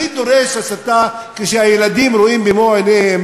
מי דורש הסתה כשהילדים רואים במו-עיניהם